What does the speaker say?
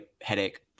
headache